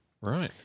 Right